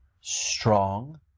strong